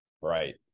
Right